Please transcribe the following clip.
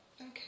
Okay